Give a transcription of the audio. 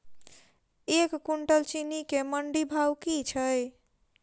एक कुनटल चीनी केँ मंडी भाउ की छै?